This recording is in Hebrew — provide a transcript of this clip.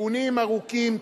שיכונים ארוכים,